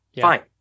fine